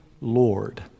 lord